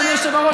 אדוני היושב-ראש,